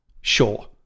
sure